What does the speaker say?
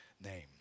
name